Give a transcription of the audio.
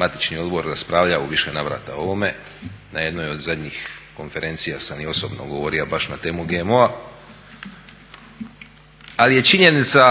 matični odbor raspravljao u više navrata o ovome na jednoj od zadnjih konferencija sam i osobno govorija baš na temu GMO-a. Ali je činjenica